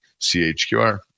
CHQR